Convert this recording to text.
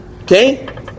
Okay